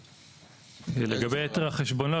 לגבי יתר החשבונות,